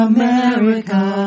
America